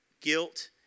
guilt